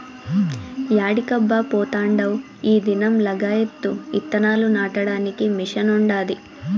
యాడికబ్బా పోతాండావ్ ఈ దినం లగాయత్తు ఇత్తనాలు నాటడానికి మిషన్ ఉండాది